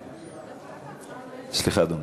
סליחה, אדוני.